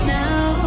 now